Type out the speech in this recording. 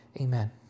Amen